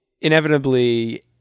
inevitably